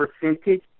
percentage